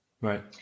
right